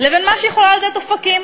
לבין מה שיכולה לתת אופקים,